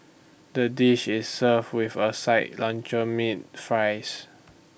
the dish is served with A side luncheon meat fries